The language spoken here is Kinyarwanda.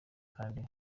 kandi